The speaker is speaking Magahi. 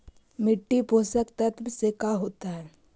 मिट्टी पोषक तत्त्व से का होता है?